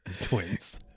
twins